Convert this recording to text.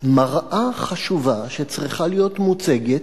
מראה חשובה שצריכה להיות מוצגת